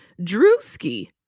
Drewski